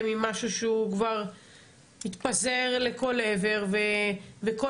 עם משהו שהוא כבר התפזר לכל עבר וכל,